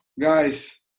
guys